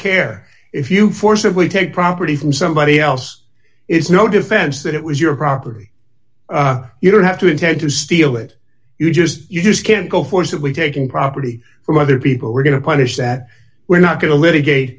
care if you forcibly take property from somebody else is no defense that it was your property you don't have to intend to steal it you just you just can't go forcibly taking property from other people we're going to punish that we're not going to litigate